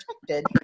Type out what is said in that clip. protected